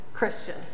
Christian